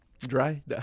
Dry